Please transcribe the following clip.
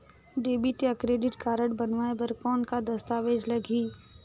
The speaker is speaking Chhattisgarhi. डेबिट या क्रेडिट कारड बनवाय बर कौन का दस्तावेज लगही?